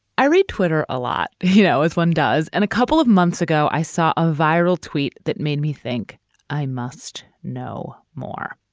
i read twitter a lot. you know, as one does. and a couple of months ago, i saw a viral tweet that made me think i must know more.